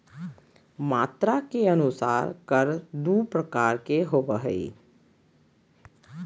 मात्रा के अनुसार कर दू प्रकार के होबो हइ